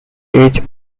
age